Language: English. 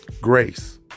grace